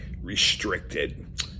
restricted